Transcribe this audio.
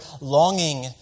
longing